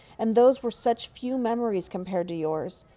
and those were such few memories, compared to yours.